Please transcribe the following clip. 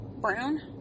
Brown